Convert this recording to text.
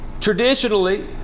traditionally